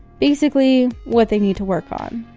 basically, what they need to work on.